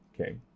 Okay